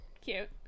Cute